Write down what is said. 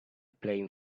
playing